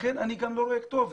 לכן אני גם לא רואה כתובת.